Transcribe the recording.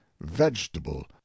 vegetable